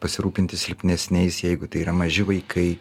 pasirūpinti silpnesniais jeigu tai yra maži vaikai